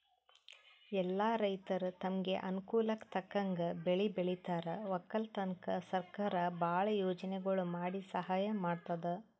ಎಲ್ಲಾ ರೈತರ್ ತಮ್ಗ್ ಅನುಕೂಲಕ್ಕ್ ತಕ್ಕಂಗ್ ಬೆಳಿ ಬೆಳಿತಾರ್ ವಕ್ಕಲತನ್ಕ್ ಸರಕಾರ್ ಭಾಳ್ ಯೋಜನೆಗೊಳ್ ಮಾಡಿ ಸಹಾಯ್ ಮಾಡ್ತದ್